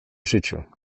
życiu